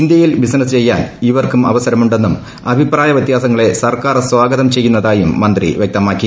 ഇന്ത്യയിൽ ബിസിനസ്സ് പ്ലിച്ച്യാൻ ഇവർക്കും അവസരമുണ്ടെന്നും അഭിപ്രായവൃത്യാസങ്ങളെ് സർക്കാർ സ്വാഗതം ചെയ്യുന്നതായും മന്ത്രി വൃക്തമാക്കി